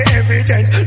evidence